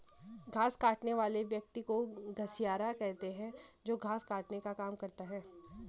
घास काटने वाले व्यक्ति को घसियारा कहते हैं जो घास काटने का काम करता है